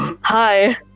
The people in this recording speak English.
Hi